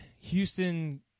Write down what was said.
Houston